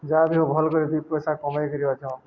ଯାହା ବିି ହଉ ଭଲ କରି ଦିଇ ପଇସା କମେଇକିରି ଅଛନ୍